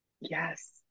Yes